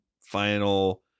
final